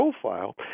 profile